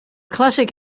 classic